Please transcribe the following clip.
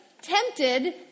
tempted